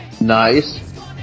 Nice